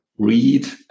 read